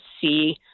see